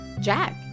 Jack